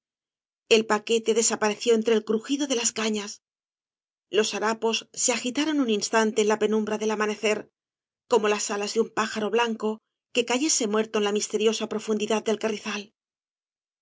el paquete desapareció entre el crujido de las cañas los harapos se agitaron un instante en la penumbra del amanecer como las alas de un pájaro blanco que cayese muerto en la misteriosa profundidad del carrizal